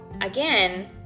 again